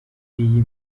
iyi